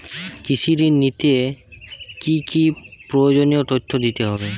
কৃষি ঋণ নিতে কি কি প্রয়োজনীয় তথ্য দিতে হবে?